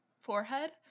forehead